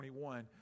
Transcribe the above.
21